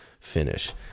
finish